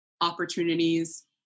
opportunities